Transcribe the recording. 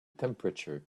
temperature